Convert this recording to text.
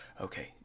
okay